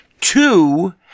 two